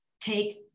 take